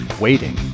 waiting